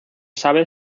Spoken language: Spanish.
sabe